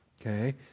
Okay